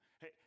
Hey